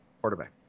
quarterback